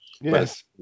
Yes